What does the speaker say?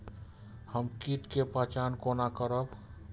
हम कीट के पहचान कोना करब?